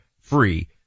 free